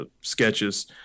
sketches